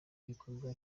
gikorwa